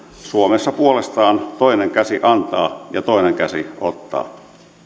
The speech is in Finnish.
suomessa puolestaan toinen käsi antaa ja toinen käsi ottaa